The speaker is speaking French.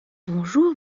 bonjour